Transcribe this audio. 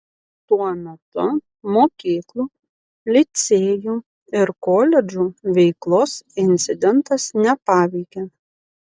tuo metu mokyklų licėjų ir koledžų veiklos incidentas nepaveikė